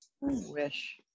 wish